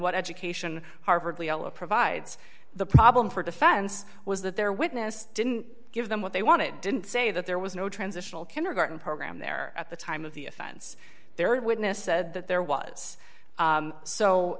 what education harvard leo provides the problem for defense was that their witness didn't give them what they wanted didn't say that there was no transitional kindergarten program there at the time of the offense there and witness said that there was